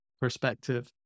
perspective